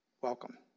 Welcome